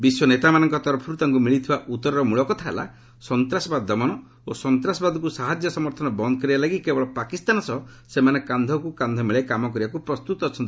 ବିଶ୍ୱ ନେତାମାନଙ୍କ ତରଫରୁ ତାଙ୍କୁ ମିଳିଥିବା ଉତ୍ତରର ମୂଳକଥା ହେଲା ସନ୍ତାସବାଦ ଦମନ ଓ ସନ୍ତାସବାଦକୁ ସାହାଯ୍ୟ ସମର୍ଥନ ବନ୍ଦ କରିବା ଲାଗି କେବଳ ପାକିସ୍ତାନ ସହ ସେମାନେ କାନ୍ଧକୁ କାନ୍ଧ ମିଳାଇ କାମ କରିବାକୁ ପ୍ରସ୍ତୁତ ଅଛନ୍ତି